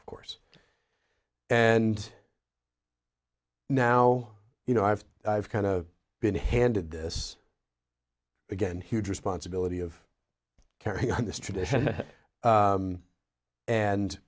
of course and now you know i've i've kind of been handed this again huge responsibility of carrying on this tradition